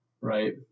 right